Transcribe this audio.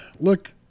look